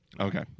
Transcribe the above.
Okay